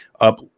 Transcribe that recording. up